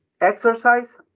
exercise